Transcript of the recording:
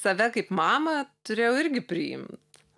save kaip mamą turėjau irgi priimt